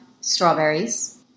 strawberries